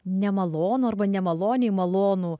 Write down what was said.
nemalonų arba nemaloniai malonų